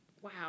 Wow